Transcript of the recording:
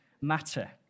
matter